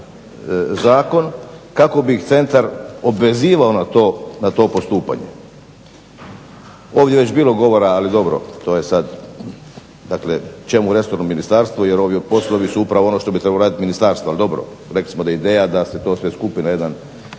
zakon kako bi centar obvezivao na to postupanje. Ovdje je već bilo govora, ali dobro to je sad, dakle čemu resorno ministarstvo jer ovi poslovi su upravo ono što bi trebalo radit ministarstvo ali dobro, rekli smo da je ideja da se sve to skupi u jedan